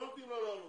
לא נותנים לה לעלות.